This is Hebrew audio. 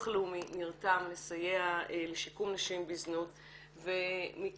הלאומי נרתם לסייע לשיקום נשים בזנות ומכן,